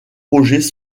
projets